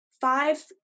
five